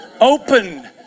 Open